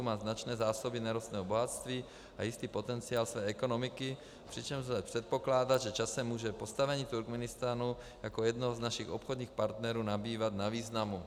Má značné zásoby nerostného bohatství a jistý potenciál své ekonomiky, přičemž lze předpokládat, že časem může postavení Turkmenistánu jako jednoho z našich obchodních partnerů nabývat na významu.